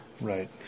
Right